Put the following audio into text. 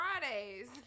Fridays